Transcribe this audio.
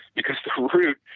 because the root,